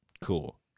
Cool